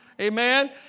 Amen